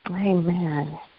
Amen